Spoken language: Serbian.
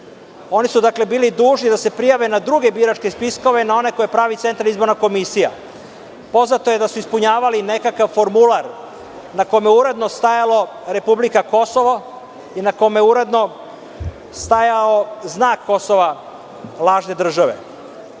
Oni su dakle bili dužni da se prijave na druge biračke spiskove, na one koje pravi Centralna izborna komisija. Poznato je da su ispunjavali nekakav drugi formular na kome je uredno stajalo republika Kosovo i na kome je uredno stajao znak Kosova lažne države. Dakle,